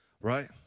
right